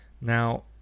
Now